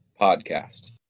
podcast